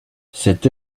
cette